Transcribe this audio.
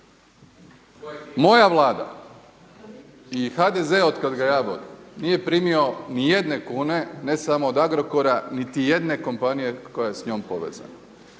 Moja Vlada i HDZ od kada ga ja vodim nije primio ni jedne kune ne samo od Agrokora, niti jedne kompanije koja je s njom povezana.